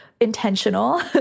intentional